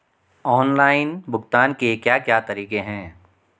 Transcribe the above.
Online भुगतान के क्या क्या तरीके हैं?